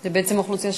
הוא גבוה מאוד.